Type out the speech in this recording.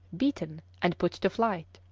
defeated and put to flight